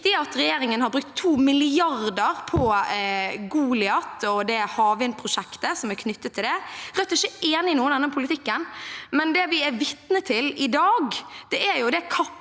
Det er også riktig at regjeringen har brukt 2 mrd. kr på Goliat og det havvindprosjektet som er knyttet til det. Rødt er ikke enig i noe av denne politikken. Det vi er vitne til i dag, er et kappløp